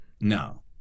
No